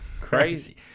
crazy